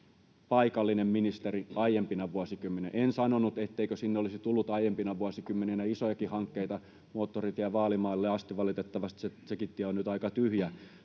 paikallinen ministeri aiempina vuosikymmeninä. En sanonut, etteikö sinne olisi tullut aiempina vuosikymmeninä isojakin hankkeita, moottoritie Vaalimaalle asti — valitettavasti sekin tie on nyt aika tyhjä